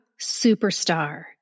Superstar